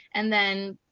and then,